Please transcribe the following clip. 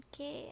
Okay